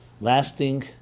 lasting